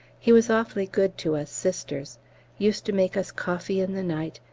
he was awfully good to us sisters used to make us coffee in the night,